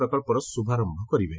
ପ୍ରକଳ୍ପର ଶ୍ରୁଭାରମ୍ଭ କରିବେ